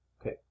Okay